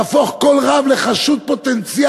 להפוך כל רב לחשוד פוטנציאלי,